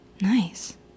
nice